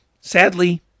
sadly